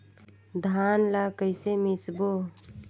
धान ला कइसे मिसबो?